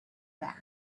bad